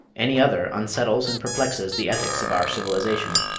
any other unsettles and perplexes the ethics of our civilization.